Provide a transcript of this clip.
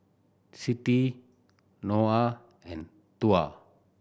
Siti Noah and Tuah